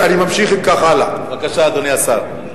בבקשה, אדוני השר.